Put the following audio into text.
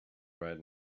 right